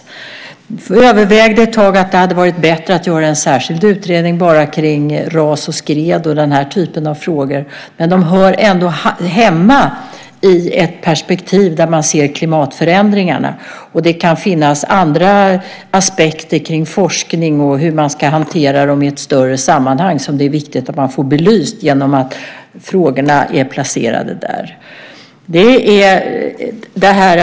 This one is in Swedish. Vi övervägde ett tag om det vore bättre att göra en särskild utredning bara om ras och skred och den typen av frågor, men de här frågorna hör ändå hemma i ett perspektiv där man ser på klimatförändringarna. Det kan också finnas aspekter som forskning och hur man ska hantera det hela i ett större sammanhang som det är viktigt att få belysta genom att placera frågorna där.